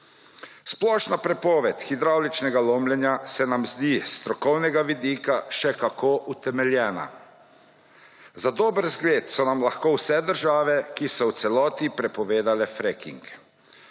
Splošna prepovedi hidravličnega lomljenja se nam zdi s strokovnega vidika še kako utemeljena. Za dober zgled so nam lahko vse države, ki so v celoti prepovedale fracking.